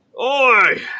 Oi